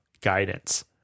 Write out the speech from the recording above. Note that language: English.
guidance